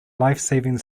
lifesaving